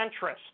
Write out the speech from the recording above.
centrist